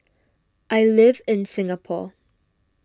I live in Singapore